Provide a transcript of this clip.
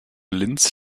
linz